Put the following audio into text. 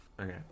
Okay